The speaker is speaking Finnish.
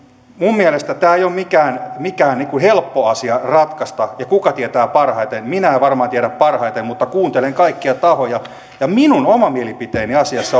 minun mielestäni tämä ei ole mikään helppo asia ratkaista ja kuka tietää parhaiten minä en varmaan tiedä parhaiten mutta kuuntelen kaikkia tahoja minun oma mielipiteeni asiassa